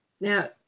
Now